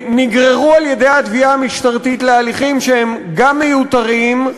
נגררו על-ידי התביעה המשטרתית להליכים שהם גם מיותרים,